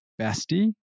bestie